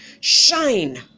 Shine